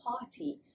party